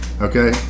okay